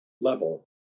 level